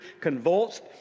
convulsed